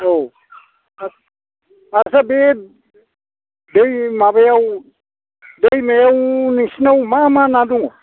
औ आच्चा बे माबायाव दैमायाव नोंसोरनाव मा मा ना दङ